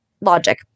logic